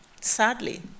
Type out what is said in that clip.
Sadly